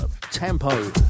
tempo